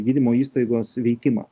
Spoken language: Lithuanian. gydymo įstaigos veikimą